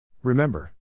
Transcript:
Remember